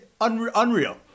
Unreal